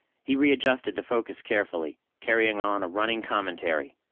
he readjusted the focus carefully, carrying on a running commentary.